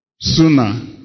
sooner